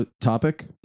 Topic